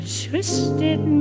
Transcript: twisted